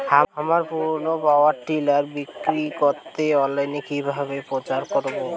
আমার পুরনো power tiller বিক্রি করাতে অনলাইনে কিভাবে প্রচার করব?